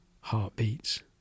heartbeats